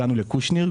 הגענו לקושניר.